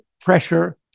pressure